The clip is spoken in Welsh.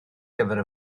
gyfer